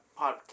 podcast